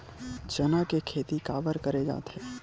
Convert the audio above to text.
चना के खेती काबर करे जाथे?